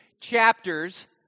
chapters